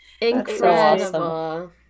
Incredible